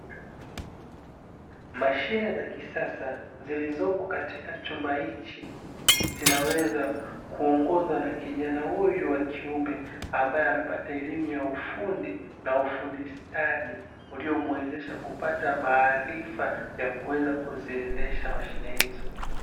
Mashine za kisasa zilizoko katika chumba hiki zinaweza kuongozwa na kijana huyu wakiume ambaye amepata elimu ya ufundi na ufundi stadi, uliomuwezesha kupata maarifa ya kuweza kuziendesha mashine hizo.